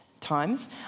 Times